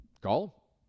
call